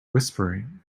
whispering